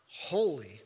holy